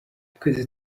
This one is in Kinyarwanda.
twese